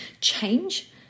change